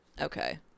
Okay